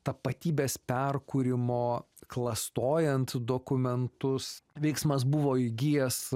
tapatybės perkūrimo klastojant dokumentus veiksmas buvo įgijęs